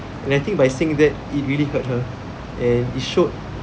and I think by saying that it really hurt her and it showed